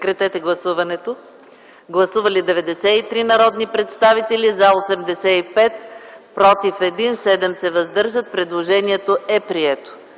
Предложението е прието.